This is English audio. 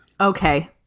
Okay